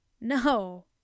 no